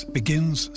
begins